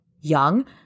Young